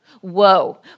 Whoa